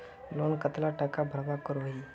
Loan कतला टाका भरवा करोही?